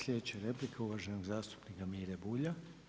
Sljedeća replika je uvaženog zastupnika Mire Bulja.